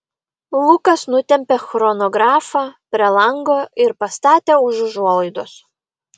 lukas nutempė chronografą prie lango ir pastatė už užuolaidos